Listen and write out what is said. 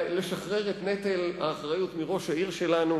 לשחרר את נטל האחריות מראש העיר שלנו,